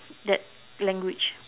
that language